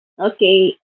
Okay